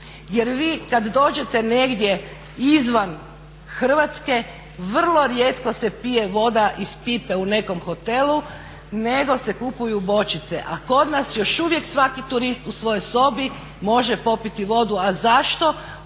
Jer vi kad dođete negdje izvan Hrvatske vrlo rijetko se pije voda iz pipe u nekom hotelu nego se kupuju bočice, a kod nas još uvijek svaki turist u svojoj sobi može popiti vodu, a zašto,